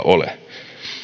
ole